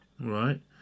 Right